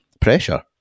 pressure